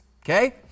okay